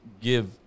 give